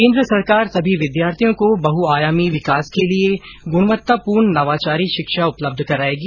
केन्द्र सरकार सभी विद्यार्थियों को बहुआयामी विकास के लिए गुणवत्तापूर्ण नवाचारी शिक्षा उपलब्ध करायेगी